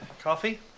Coffee